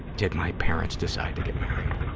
did my parents decide to get married?